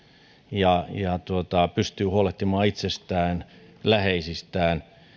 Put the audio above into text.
ja pystyy huolehtimaan itsestään ja läheisistään